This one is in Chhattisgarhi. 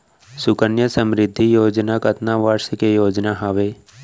सुकन्या समृद्धि योजना कतना वर्ष के योजना हावे?